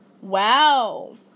Wow